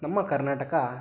ನಮ್ಮ ಕರ್ನಾಟಕ